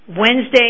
Wednesday